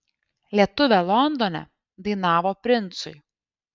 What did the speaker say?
lietuvė londone dainavo princui